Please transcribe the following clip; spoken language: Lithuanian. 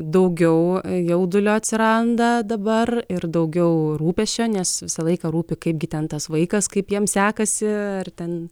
daugiau jaudulio atsiranda dabar ir daugiau rūpesčio nes visą laiką rūpi kaipgi ten tas vaikas kaip jam sekasi ar ten